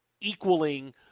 equaling